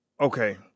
okay